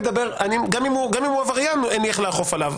גם אם הוא עבריין אין לי איך לאכוף עליו.